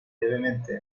levemente